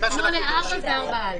מה שאנחנו דורשים פה,